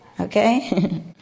Okay